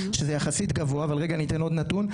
שזה יחסית גבוה אבל רגע אני אתן עוד נתון.